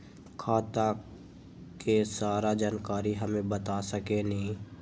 खाता के सारा जानकारी हमे बता सकेनी?